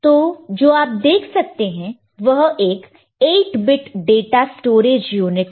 तो जो आप देख सकते हैं वह एक 8 बिट डाटा स्टोरेज यूनिट है